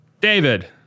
David